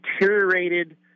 deteriorated